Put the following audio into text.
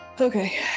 Okay